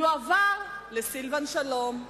יועבר לסילבן שלום.